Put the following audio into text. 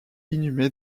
inhumé